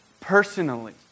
personally